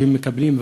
שהם מקבלים,